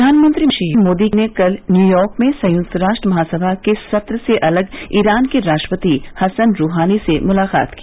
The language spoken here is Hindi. प्रधानमंत्री श्री मोदी ने कल न्यूयार्क में संयुक्त राष्ट्र महासभा के सत्र से अलग ईरान के राष्ट्रपति हसन रूहानी से मुलाकात की